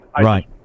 Right